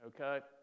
Okay